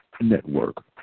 Network